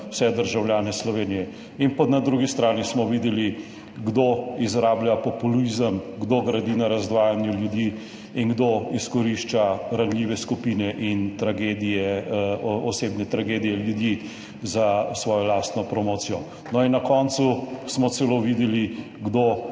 vse državljane Slovenije. Na drugi strani smo videli kdo izrablja populizem, kdo gradi na razdvajanju ljudi in kdo izkorišča ranljive skupine in tragedije, osebne tragedije ljudi za svojo lastno promocijo. Na koncu smo celo videli kdo